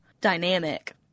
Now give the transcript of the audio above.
dynamic